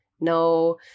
No